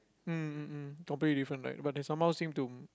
mm mm mm probably different right but they somehow seem to